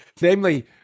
Namely